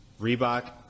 Reebok